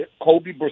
Kobe